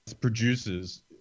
producers